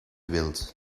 wild